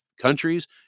countries